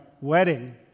wedding